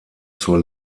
zur